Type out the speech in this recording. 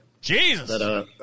Jesus